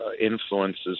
influences